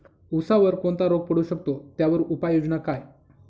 ऊसावर कोणता रोग पडू शकतो, त्यावर उपाययोजना काय?